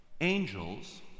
Angels